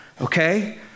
okay